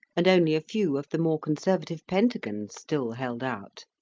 and only a few of the more conservative pentagons still held out.